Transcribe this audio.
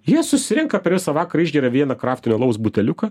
jie susirenka per visą vakarą išgeria vieną kraftinio alaus buteliuką